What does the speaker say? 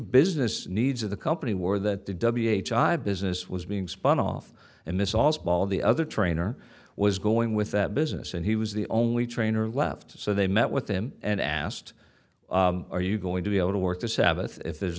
business needs of the company war that the w a h i business was being spun off and this also all the other trainer was going with that business and he was the only trainer left so they met with him and asked are you going to be able to work the sabbath if there's